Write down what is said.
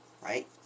Right